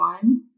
one